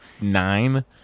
nine